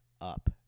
up